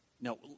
Now